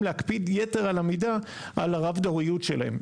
להקפיד יתר על המידה על הרב דוריות שלהם.